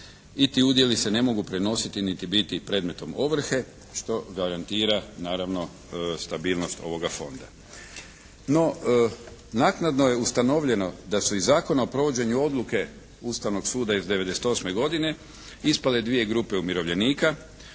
i ti udjeli se ne mogu prenositi niti biti predmetom ovrhe što garantira naravno stabilnost ovoga Fonda. No, naknadno je ustanovljeno da su iz Zakona o provođenju odluke Ustavnog suda iz '98. godine ispale dvije grupe umirovljenika.